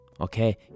okay